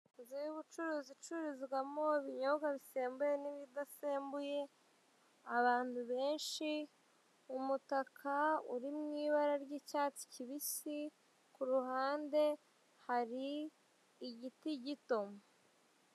Inzu y'ubucuruzi icururizwamo ibinyobwa bisembuye n'ibidasembuye, abantu benshi, umutaka uri mu ibara ry'icyatsi kibisi, ku ruhande hari igiti gito.